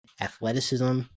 athleticism